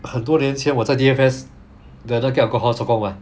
很多年前我在 D_F_S 的那个 alcohol 做工 mah